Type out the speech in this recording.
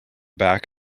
back